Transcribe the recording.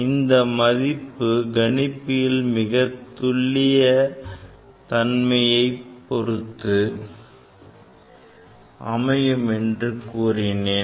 இதன் மதிப்பு கணிப்பியின் துல்லிய தன்மையைப் பொறுத்து அமையும் என்று கூறினோன்